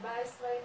14,